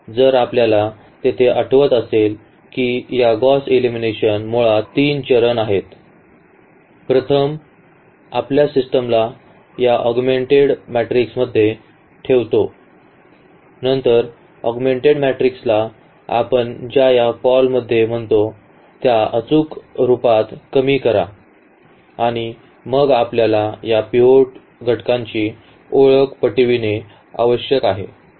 म्हणूनच जर आपल्याला तेथे आठवत असेल की या गौस एलिमिनेशन मुळात तीन चरण होते प्रथम आपल्या सिस्टमला या ऑगमेंटेड मॅट्रिक्समध्ये ठेवत नंतर ऑगमेंटेड मॅट्रिक्सला आपण ज्या या कॉलमध्ये म्हणतो त्या अचूक रूपात कमी करा आणि मग आपल्याला या पिव्होट घटकांची ओळख पटविणे आवश्यक आहे